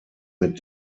mit